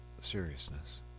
seriousness